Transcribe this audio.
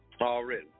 Already